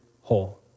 whole